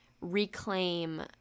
reclaim